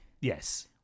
Yes